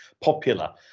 popular